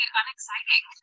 unexciting